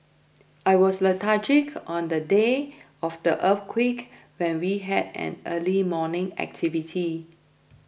I was lethargic on the day of the earthquake when we had an early morning activity